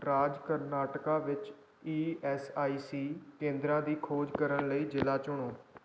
ਰਾਜ ਕਰਨਾਟਕਾ ਵਿੱਚ E S I C ਕੇਂਦਰਾਂ ਦੀ ਖੋਜ ਕਰਨ ਲਈ ਜ਼ਿਲ੍ਹਾ ਚੁਣੋ